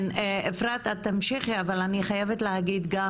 כן, אפרת לוי את תמשיכי, אבל אני חייבת להגיד גם